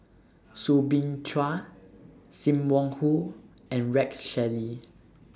Soo Bin Chua SIM Wong Hoo and Rex Shelley